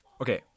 Okay